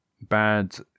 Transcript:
bad